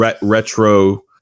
retro